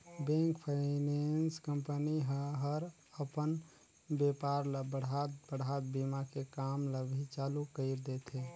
bank, finance company ह हर अपन बेपार ल बढ़ात बढ़ात बीमा के काम ल भी चालू कइर देथे